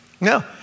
No